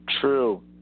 True